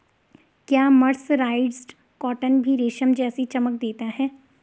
क्या mercerised cotton भी रेशम जैसी चमक देता है?